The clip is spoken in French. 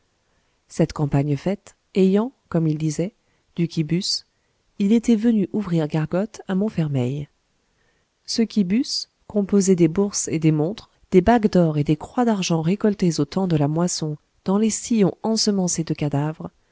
cette campagne faite ayant comme il disait du quibus il était venu ouvrir gargote à montfermeil ce quibus composé des bourses et des montres des bagues d'or et des croix d'argent récoltées au temps de la moisson dans les sillons ensemencés de cadavres